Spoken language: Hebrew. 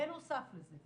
בנוסף לזה,